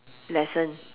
lesson